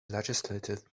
legislative